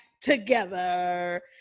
together